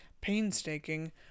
painstaking